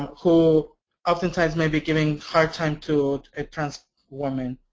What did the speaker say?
who oftentimes may be giving hard time to a trans woman.